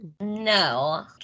No